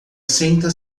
senta